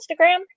Instagram